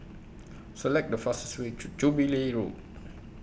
Select The fastest Way to Jubilee Road